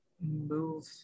move